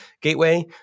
gateway